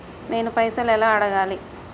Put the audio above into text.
నేను పైసలు ఎలా అడగాలి?